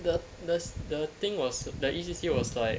the the the thing was the E_C_C was like